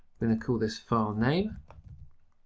going call this filename.